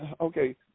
okay